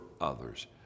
others